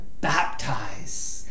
baptize